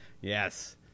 Yes